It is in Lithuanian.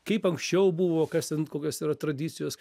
kaip anksčiau buvo kas ten kokios yra tradicijos